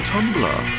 Tumblr